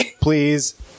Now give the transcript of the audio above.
Please